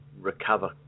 recover